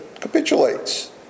capitulates